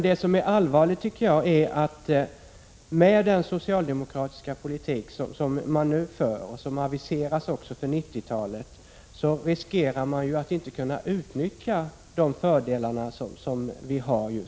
Det allvarliga med den socialdemokratiska politik som nu förs, och som aviseras också för 90-talet, är att man riskerar att inte kunna utnyttja de fördelar som vi har nu.